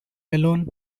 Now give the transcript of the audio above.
balloon